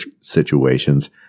situations